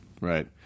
Right